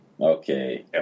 okay